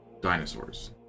dinosaurs